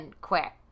quick